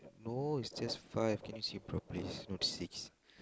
no is just five can you see properly please not six